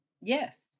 Yes